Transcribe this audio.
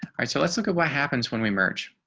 alright, so let's look at what happens when we merge.